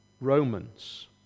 Romans